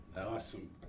awesome